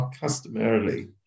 customarily